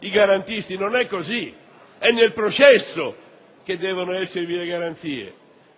i garantisti? Non è così; è nel processo che devono esservi le garanzie.